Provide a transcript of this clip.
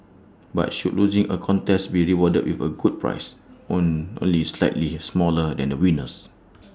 but should losing A contest be rewarded with A good prize on only slightly smaller than the winner's